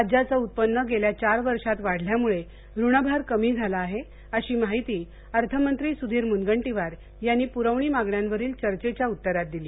राज्याचं उत्पन्न गेल्या चार वर्षांत वाढल्यामुळे ऋण भार कमी झाला आहे अशी माहिती अर्थमंत्री सुधीर मुनगंटीबार यांनी पुरबणी मागण्यांवरील चर्चेच्या उत्तरात दिली